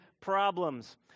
problems